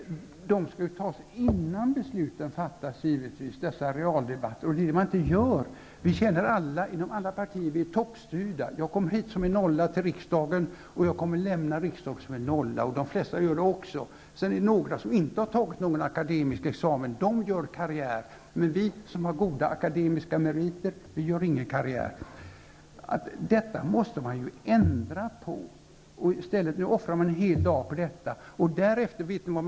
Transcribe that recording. Dessa realdebatter skulle givetvis hållas innan besluten fattas. Det gör man inte. Vi känner inom alla partier att vi är toppstyrda. Jag kom hit till riksdagen som en nolla, och jag kommer att lämna riksdagen som en nolla. Det gör de flesta. Sedan finns det några som inte har tagit någon akademisk examen. De gör karriär, men vi som har goda akademiska meriter gör ingen karriär. Detta måste man ändra på. Nu offrar vi en hel dag på detta. Vet ni vad man gör därefter?